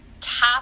tap